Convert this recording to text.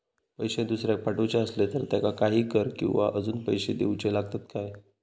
पैशे दुसऱ्याक पाठवूचे आसले तर त्याका काही कर किवा अजून पैशे देऊचे लागतत काय?